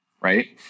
right